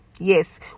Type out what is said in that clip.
Yes